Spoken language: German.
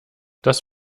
das